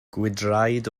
gwydraid